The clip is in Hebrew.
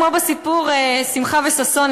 כמו בסיפור: שמחה וששון,